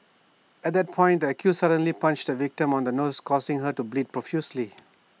at that point the accused suddenly punched the victim on the nose causing her to bleed profusely